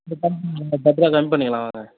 பத்துரூவா கம்மி பண்ணிக்கலாம் வாங்க